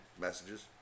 Messages